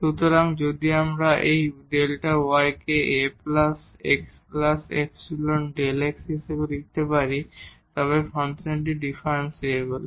সুতরাং যদি আমরা এই Δ y কে A Δ xϵ Δ x হিসাবে লিখতে পারি তবে এই ফাংশনটি ডিফারেনশিবল